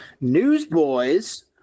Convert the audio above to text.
Newsboys